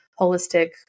holistic